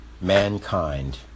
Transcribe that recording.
mankind